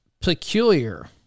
peculiar